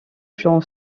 j’en